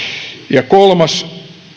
kolmas